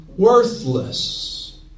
Worthless